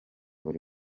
buri